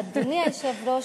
אדוני היושב-ראש,